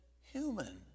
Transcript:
human